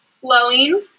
flowing